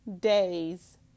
days